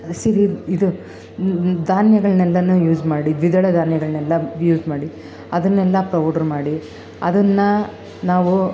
ಹಸಿದಿದ್ದು ಇದು ಧಾನ್ಯಗಳ್ನೆಲ್ಲಾ ಯೂಸ್ ಮಾಡಿ ದ್ವಿದಳ ಧಾನ್ಯಗಳನ್ನೆಲ್ಲ ಯೂಸ್ ಮಾಡಿ ಅದನ್ನೆಲ್ಲ ಪೌಡ್ರ್ ಮಾಡಿ ಅದನ್ನು ನಾವು